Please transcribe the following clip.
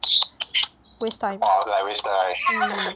waste time mm